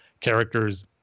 characters